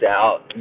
out